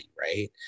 right